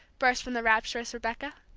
burst from the rapturous rebecca.